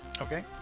Okay